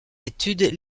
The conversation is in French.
études